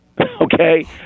Okay